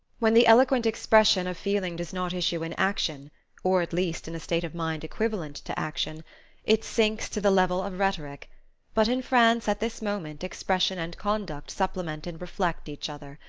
when the eloquent expression of feeling does not issue in action or at least in a state of mind equivalent to action it sinks to the level of rhetoric but in france at this moment expression and conduct supplement and reflect each other.